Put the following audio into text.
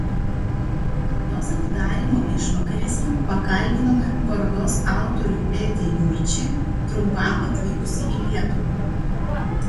parodos atidarymo išvakarėse pakalbinome parodos autorių edį jurčį trumpam atvykusį į lietuvą